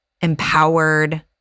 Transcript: empowered